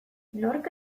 nork